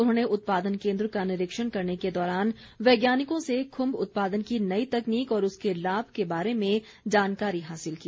उन्होंने उत्पादन केन्द्र का निरीक्षण करने के दौरान वैज्ञानिकों से खुम्ब उत्पादन की नई तकनीक और उसके लाभ के बारे में जानकारी हासिल की